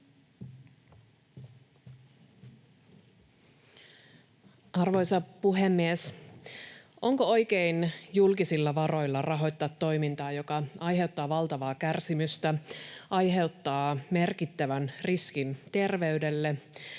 Arvoisa puhemies! Onko oikein julkisilla varoilla rahoittaa toimintaa, joka aiheuttaa valtavaa kärsimystä, aiheuttaa merkittävän riskin terveydelle,